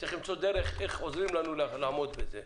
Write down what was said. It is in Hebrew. צריך למצוא דרך איך עוזרים לנו לעמוד בזה.